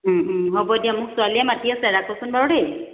হ'ব দিয়া মোক ছোৱালীয়ে মাতি আছে ৰাখোচোন বাৰু দেই